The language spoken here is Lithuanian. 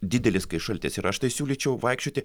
didelis šaltis ir aš tai siūlyčiau vaikščioti